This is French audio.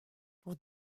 pour